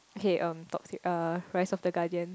okay um top three uh Rise-of-the-Guardians